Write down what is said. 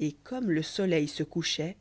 et comme le soleil se couchait